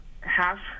half